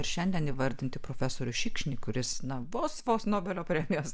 ir šiandien įvardinti profesorius šikšnį kuris na vos vos nobelio premijos